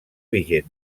vigent